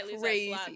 crazy